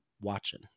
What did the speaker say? watching